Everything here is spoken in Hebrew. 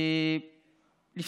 אני חושב.